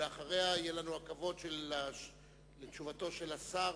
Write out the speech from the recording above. ואחריה יהיה לנו הכבוד לשמוע את תשובתו של השר,